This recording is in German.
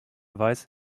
weiß